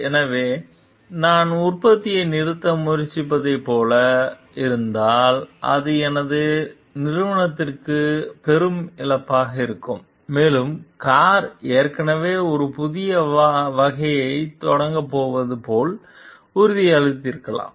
எனவே நான் உற்பத்தியை நிறுத்த முயற்சிப்பதைப் போல இருந்தால் அது எனது நிறுவனத்திற்கு பெரும் இழப்பாக இருக்கும் மேலும் கார் ஏற்கனவே ஒரு புதிய வகையைத் தொடங்கப் போவது போல் உறுதியளித்திருக்கலாம்